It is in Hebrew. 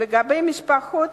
לגבי משפחות